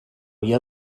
via